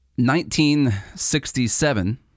1967